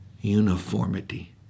uniformity